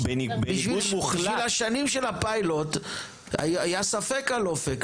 בשביל השנים של הפיילוט היה ספק על אופק,